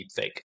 deepfake